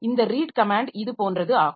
இந்த read comment இது போன்றது ஆகும்